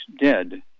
dead